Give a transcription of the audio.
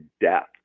death